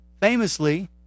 famously